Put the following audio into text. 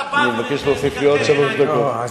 אני מבקש להוסיף לי עוד שלוש דקות,